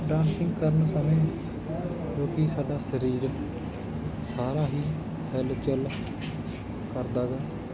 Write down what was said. dancing ਕਰਨ ਸਮੇਂ ਜੋ ਕਿ ਸਾਡਾ ਸਰੀਰ ਸਾਰਾ ਹੀ ਹਿਲਜੁਲ ਕਰਦਾ ਹੈਗਾ